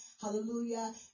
hallelujah